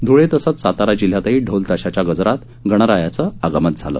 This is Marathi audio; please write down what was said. ध्ळे तसंच सातारा जिल्ह्यातही ढोल ताशाच्या गजरात गणरायाचं आगमन झालं